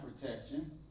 protection